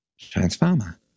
Transformer